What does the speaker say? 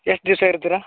ಎಷ್ಟು ದಿವಸ ಇರ್ತೀರಾ